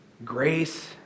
Grace